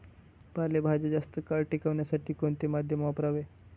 पालेभाज्या जास्त काळ टिकवण्यासाठी कोणते माध्यम वापरावे?